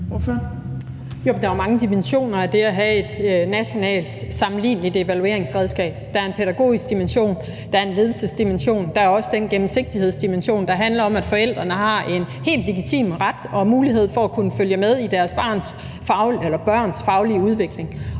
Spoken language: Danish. er jo mange dimensioner i det at have et nationalt sammenligneligt evalueringsredskab. Der er en pædagogisk dimension, der er en ledelsesdimension, der også en gennemsigtighedsdimension, der handler om, at forældrene har en helt legitim ret til og mulighed for at kunne følge med i deres børns faglige udvikling.